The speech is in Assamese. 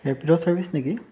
ৰেপিড' ছাৰ্ভিচ নেকি